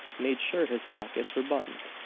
made sure his pockets were buttoned,